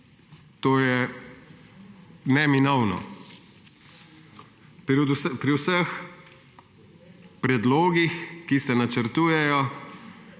To je neminovno. Pri vseh predlogih, ki se načrtujejo,